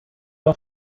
bei